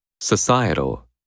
Societal